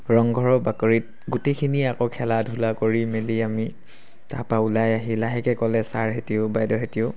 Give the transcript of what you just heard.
ৰংঘৰৰ বাকৰিত গোটেইখিনি আকৌ খেলা ধূলা কৰি মেলি আমি তাপা ওলাই আহি লাহেকৈ ক'লে ছাৰহঁতেও বাইদেউহঁতেও